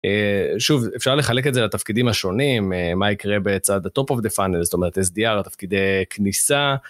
שוב אפשר לחלק את זה לתפקידים השונים מה יקרה בצד ה-top of the funnel זאת אומרת sdr התפקידי כניסה.